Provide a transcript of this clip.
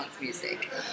music